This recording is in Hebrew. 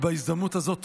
בהזדמנות הזאת,